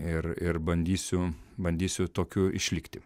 ir ir bandysiu bandysiu tokiu išlikti